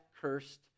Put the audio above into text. cursed